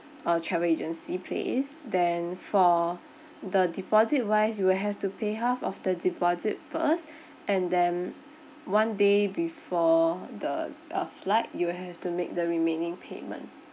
uh travel agency place then for the deposit wise you will have to pay half of the deposit first and then one day before the uh flight you will have to make the remaining payment